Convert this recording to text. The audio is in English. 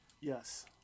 Yes